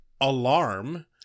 Alarm